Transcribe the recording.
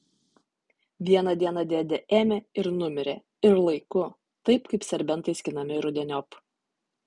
vieną dieną dėdė ėmė ir numirė ir laiku taip kaip serbentai skinami rudeniop